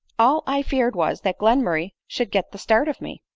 all i feared was, that glenmurray should get the start of me.